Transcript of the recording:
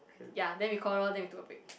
ya then we call lor then we took a break